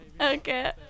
Okay